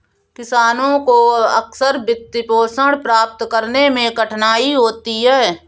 किसानों को अक्सर वित्तपोषण प्राप्त करने में कठिनाई होती है